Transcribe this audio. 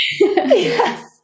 yes